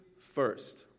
first